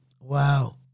Wow